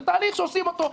זה תהליך שעושים אותו,